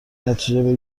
نتیجه